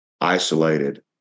isolated